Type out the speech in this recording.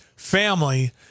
Family